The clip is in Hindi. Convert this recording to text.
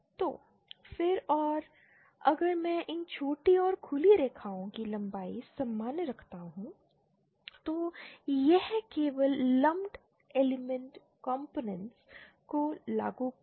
तो फिर और अगर मैं इन छोटी और खुली रेखाओं की लंबाई समान रखता हूं तो यह केवल लंपड एलिमेंट्स कॉम्पोनेंट को लागू करने जैसा है